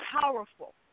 powerful